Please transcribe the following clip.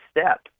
step